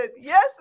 yes